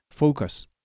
focus